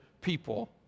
people